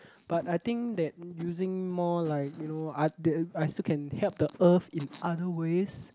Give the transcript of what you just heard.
but I think that using more like you know I still can help the Earth in other ways